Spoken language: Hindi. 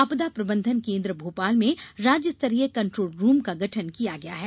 आपदा प्रबन्धन केन्द्र भोपाल में राज्य स्तरीय कंट्रोल रूम का गठन किया गया है